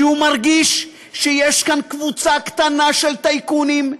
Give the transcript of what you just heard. כי הוא מרגיש שיש כאן קבוצה קטנה של טייקונים,